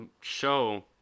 Show